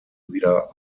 wieder